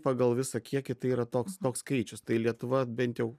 pagal visą kiekį tai yra toks toks skaičius tai lietuva bent jau